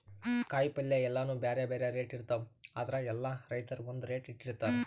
ಕಾಯಿಪಲ್ಯ ಎಲ್ಲಾನೂ ಬ್ಯಾರೆ ಬ್ಯಾರೆ ರೇಟ್ ಇರ್ತವ್ ಆದ್ರ ಎಲ್ಲಾ ರೈತರ್ ಒಂದ್ ರೇಟ್ ಇಟ್ಟಿರತಾರ್